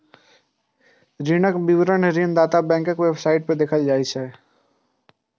ऋणक विवरण ऋणदाता बैंकक वेबसाइट पर देखल जा सकैए